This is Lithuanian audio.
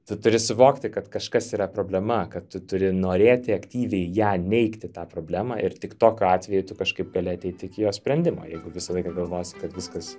tu turi suvokti kad kažkas yra problema kad tu turi norėti aktyviai ją neigti tą problemą ir tik tokiu atveju tu kažkaip gali ateit iki jos sprendimo jeigu visą laiką galvosi kad viskas